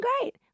great